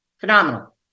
phenomenal